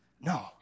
no